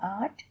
art